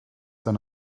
than